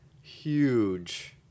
huge